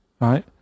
right